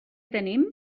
tenim